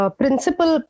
principal